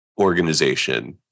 organization